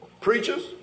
Preachers